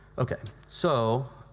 okay. so,